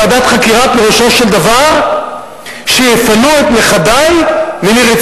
ועדת חקירה פירושו של דבר שיפנו את נכדי מניר-עציון.